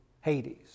Hades